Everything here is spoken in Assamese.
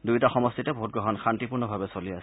দুয়োটা সমষ্টিতে ভোটগ্ৰহণ শান্তিপূৰ্ণভাৱে চলি আছে